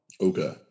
okay